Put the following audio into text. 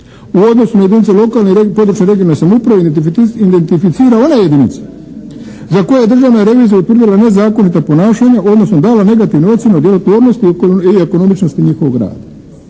u odnosu na jedinice lokalne i područne regionalne samouprave identificira one jedinice za koje je Državna revizija utvrdila nezakonita ponašanja odnosno dala negativne ocjene o djelotvornosti i ekonomičnosti njihovog rada."